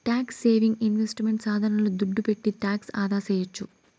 tax saving investment సాధనాల దుడ్డు పెట్టి టాక్స్ ఆదాసేయొచ్చు